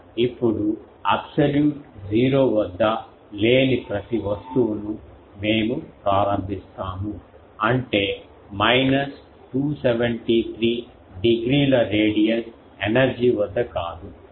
ఇప్పుడు అబ్సల్యూట్ 0 వద్ద లేని ప్రతి వస్తువును మేము ప్రారంభిస్తాము అంటే మైనస్ 273 డిగ్రీల రేడియస్ ఎనర్జీ వద్ద కాదు